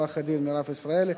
עו"ד מירב ישראלי,